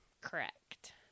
correct